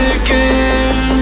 again